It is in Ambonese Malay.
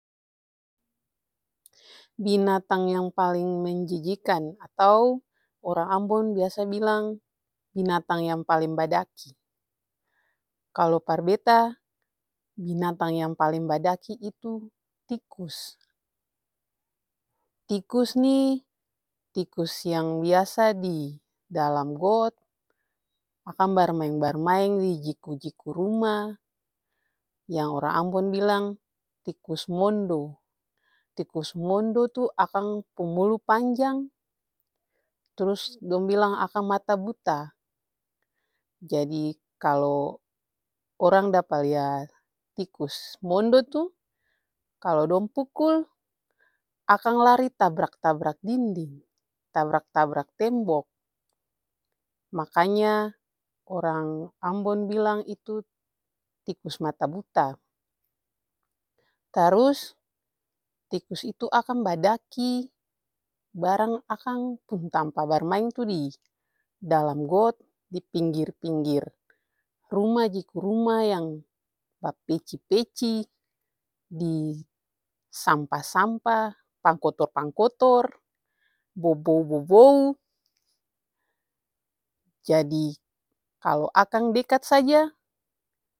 Binatang yang paling menjijikan atau orang ambon biasa bilang binatang yang paleng badaki. Kalu par beta, binatang yang paleng badaki itu tikus. Tikus nih tikus yang biasa di dalam got akang barmaeng-barmaeng dijiku rumah, yang orang ambon bilang tikus mondo, tikus mondo tuh akang pung mulu panjang, trus dong bilang akang mata buta. Jadi kalu orang dapa lia tikus mondo tuh kalu dong pukul akang lari tabrak-tabrak dinding, tabrak-tabrak tembok. Makanya otrang ambon bilang itu tikus mata buta, tarus tikus itu akang badaki barang akang pung tampa barmaeng yuh didalam got dipinggir-pinggir ruma jiku ruma yang bapeci-peci disampa-sampa, pangkotor-pangkotor, bobou-bobou, jadi kalu akang dekat saja.